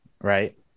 right